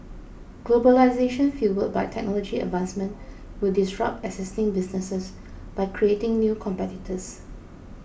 globalisation fuelled by technology advancement will disrupt existing businesses by creating new competitors